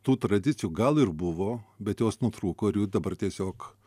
tų tradicijų gal ir buvo bet jos nutrūko ir jų dabar tiesiog